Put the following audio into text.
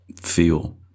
feel